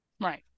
Right